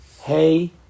Hey